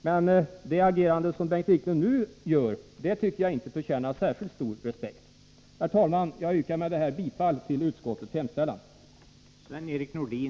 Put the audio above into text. Men det sätt som Bengt Wiklund nu agerar på tycker jag inte förtjänar särskilt stor respekt. Herr talman! Jag yrkar med detta bifall till utskottets hemställan.